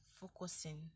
focusing